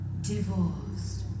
divorced